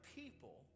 people